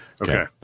Okay